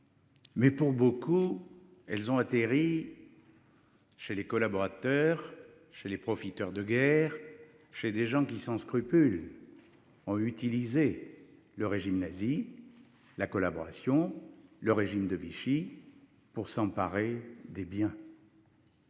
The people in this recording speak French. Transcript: Mais pour beaucoup, elles ont atterri. Chez les collaborateurs chez les profiteurs de guerre chez des gens qui sans scrupules. Ont utilisé le régime nazi. La collaboration. Le régime de Vichy. Pour s'emparer des biens.